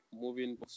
moving